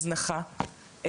הזנחה,